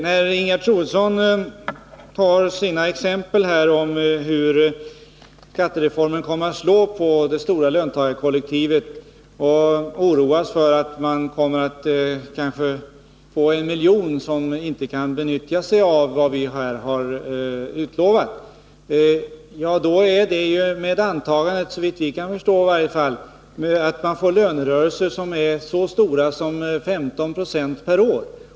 När Ingegerd Troedsson här tar sina exempel på hur skattereformen kommer att slå på det stora löntagarkollektivet och oroar sig för att kanske en miljon människor inte kan få nytta av vad vi har utlovat, är det kanske — såvitt vi kan förstå i varje fall — med antagandet, att vi får lönerörelser som är så stora som 15 2 per år.